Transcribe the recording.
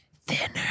Thinner